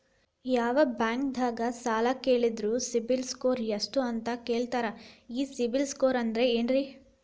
ಯಾವ ಬ್ಯಾಂಕ್ ದಾಗ ಸಾಲ ಕೇಳಿದರು ಸಿಬಿಲ್ ಸ್ಕೋರ್ ಎಷ್ಟು ಅಂತ ಕೇಳತಾರ, ಈ ಸಿಬಿಲ್ ಸ್ಕೋರ್ ಅಂದ್ರೆ ಏನ್ರಿ?